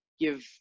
give